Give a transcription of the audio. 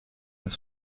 haar